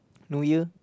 New Year